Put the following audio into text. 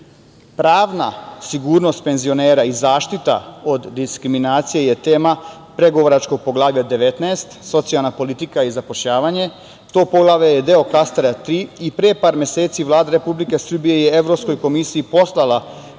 Srbija. Pravna sigurnost penzionera i zaštita od diskriminacije je tema pregovaračkog Poglavlja 19, socijalna politika i zapošljavanje. Ta Poglavlje je deo klastera 3 i pre par meseci je Vlada Republike Srbije je Evropskoj komisiji poslala